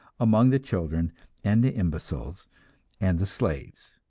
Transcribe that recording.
among the children and the imbeciles and the slaves.